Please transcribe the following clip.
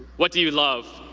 what do you love?